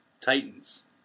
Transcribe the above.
Titans